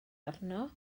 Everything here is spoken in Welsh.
arno